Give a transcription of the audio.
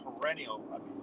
perennial